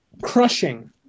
crushing